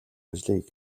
ажлыг